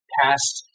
past